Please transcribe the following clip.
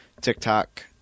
TikTok